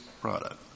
product